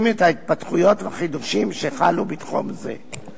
את ההתפתחויות והחידושים שחלו בתחום זה.